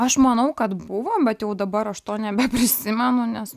aš manau kad buvo bet jau dabar aš to nebeprisimenu nes